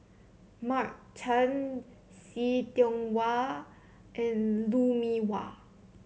Mark Chan See Tiong Wah and Lou Mee Wah